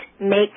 make